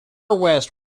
west